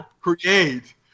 create